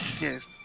Yes